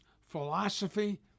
philosophy